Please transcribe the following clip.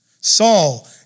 Saul